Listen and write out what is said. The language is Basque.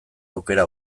aukera